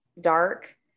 dark